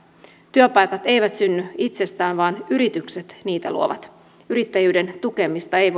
työpaikat eivät synny itsestään vaan yritykset niitä luovat yrittäjyyden tukemista ei